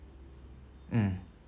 mm